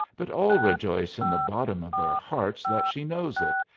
but all rejoice in the bottom of their hearts that she knows it,